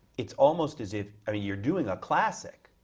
it's almost as if, i mean you're doing a classic,